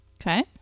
Okay